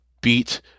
beat